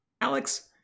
Alex